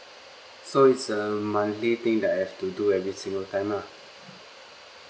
so it's a monthly thing that I have to do every single time lah